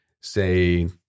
say